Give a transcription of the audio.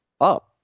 up